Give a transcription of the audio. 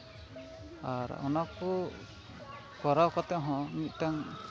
ᱟᱨ ᱚᱱᱟ ᱠᱚ ᱠᱚᱨᱟᱣ ᱠᱟᱛᱮᱫ ᱦᱚᱸ ᱢᱤᱫᱴᱟᱱ